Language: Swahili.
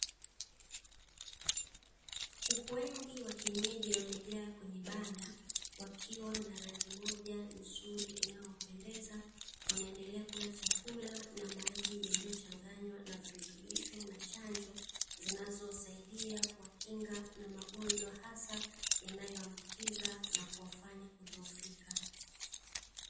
Kuku wengi wa kienyeji wamejaa kwenye banda, wakiwa na rangi moja nzuri inayopendeza, wanaendelea kula chakula na maji yaliyochanganywa na virutubisho na chanjo, zinazosaidia kuwakinga na magonjwa hasa yanayoambukiza na kuwafanya kudhoofika.